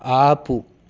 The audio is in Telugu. ఆపు